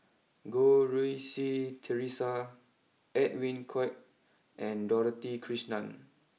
Goh Rui Si Theresa Edwin Koek and Dorothy Krishnan